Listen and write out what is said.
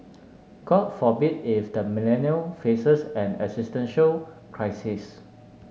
God forbid if the Millennial faces an existential crisis